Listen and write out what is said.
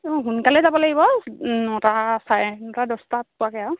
অঁ সোনকালেই যাব লাগিব নটা চাৰে নটা দহটাত পোৱাকৈ আৰু